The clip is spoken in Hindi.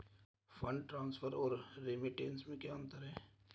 फंड ट्रांसफर और रेमिटेंस में क्या अंतर है?